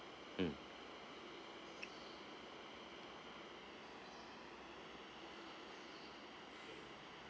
mm